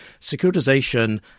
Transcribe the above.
securitization